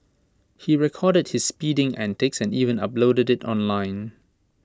he recorded his speeding antics and even uploaded IT online